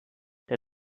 der